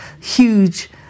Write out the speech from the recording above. huge